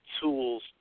tools